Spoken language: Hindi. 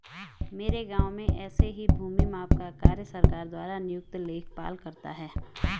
मेरे गांव में ऐसे ही भूमि माप का कार्य सरकार द्वारा नियुक्त लेखपाल करता है